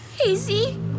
Hazy